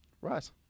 Right